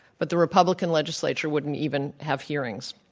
but the republican legislature wouldn't even have hearings.